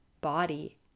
body